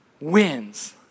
wins